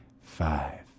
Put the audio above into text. five